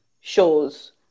shows